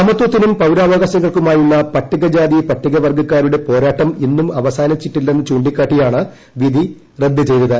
സമത്വത്തിനും പൌരാവകാശങ്ങൾക്കുമായുള്ള പട്ടികജാതി പട്ടികവർഗക്കാരുടെ പോരാട്ടം ഇന്നും അവസാനിച്ചിട്ടില്ലെന്ന് ചൂണ്ടിക്കാട്ടിയാണ് വിധി റദ്ദ് ചെയ്തത്